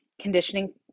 conditioning